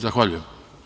Zahvaljujem.